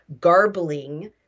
garbling